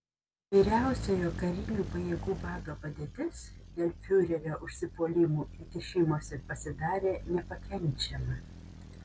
vyriausiojo karinių pajėgų vado padėtis dėl fiurerio užsipuolimų ir kišimosi pasidarė nepakenčiama